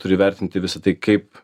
turi vertinti visa tai kaip